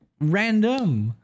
random